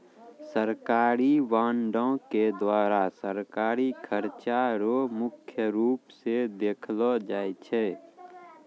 सरकारी बॉंडों के द्वारा सरकारी खर्चा रो मुख्य रूप स देखलो जाय छै